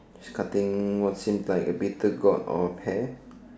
she cutting what same like a bitter gourd or pear